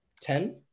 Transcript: ten